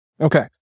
Okay